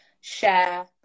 share